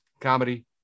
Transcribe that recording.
Comedy